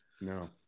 no